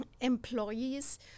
employees